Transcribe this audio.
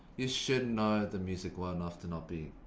you should know the music well enough to not be.